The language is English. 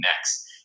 next